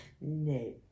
no